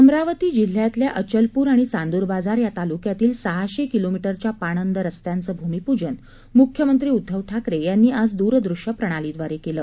अमरावती जिल्ह्यातल्या अचलप्र आणि चांदूरबाजार या तालुक्यातील सहाशे किलोमी उच्या पाणंद रस्त्यांचं भूमिपूजन मुख्यमंत्री उद्धव ठाकरे यांनी आज दूरदृश्य प्रणालीद्वारे केलं